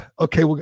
okay